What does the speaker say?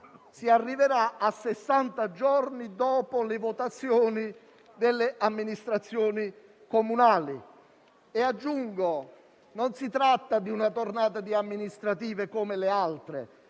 si arriverà a sessanta giorni dopo le votazioni per le amministrazioni comunali. Aggiungo che non si tratta di una tornata di amministrative come le altre,